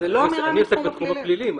אז אני עוסק בתחום הפלילי.